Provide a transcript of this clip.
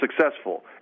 successful